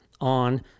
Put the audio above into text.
on